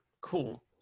cool